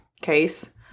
case